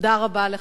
תודה רבה לך.